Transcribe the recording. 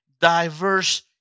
diverse